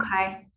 Okay